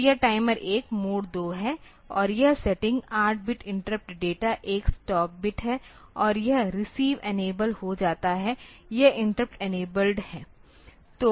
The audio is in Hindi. तो यह टाइमर 1 मोड 2 है और यह setting 8 bit interrupt data 1 stop bit है और यह रिसीव इनेबल हो जाता है यह इंटरप्ट इनेबल्ड है